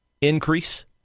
increase